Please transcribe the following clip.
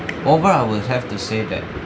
overall I will have to say that